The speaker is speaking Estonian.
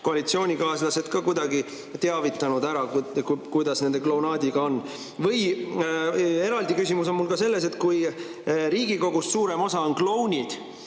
koalitsioonikaaslasi ka kuidagi teavitanud, kuidas nende klounaadiga on? Eraldi küsimus on mul ka selle kohta, et kui Riigikogus suurem osa on klounid